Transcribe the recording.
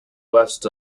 west